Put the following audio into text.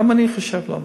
גם אני חושב שזה לא מספיק,